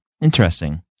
interesting